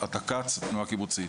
התנועה הקיבוצית.